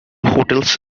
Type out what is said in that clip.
hotels